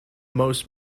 most